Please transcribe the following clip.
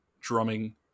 drumming